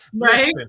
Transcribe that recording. right